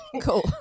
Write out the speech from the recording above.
cool